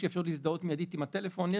יש אפשרות להזדהות מידית עם הטלפון.